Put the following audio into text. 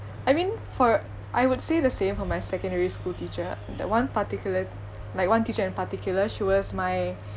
I mean for I would say the same for my secondary school teacher that one particular like one teacher in particular she was my